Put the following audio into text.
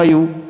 אם היו,